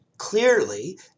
Clearly